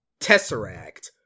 Tesseract